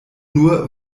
nur